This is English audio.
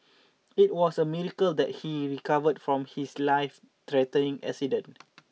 it was a miracle that he recovered from his life threatening accident